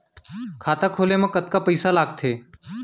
खाता खोले मा कतका पइसा लागथे?